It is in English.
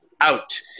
out